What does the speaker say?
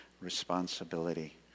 responsibility